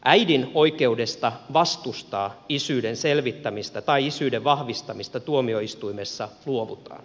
äidin oikeudesta vastustaa isyyden selvittämistä tai isyyden vahvistamista tuomioistuimessa luovutaan